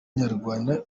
nyarwanda